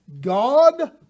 God